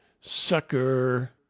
Sucker